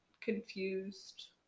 confused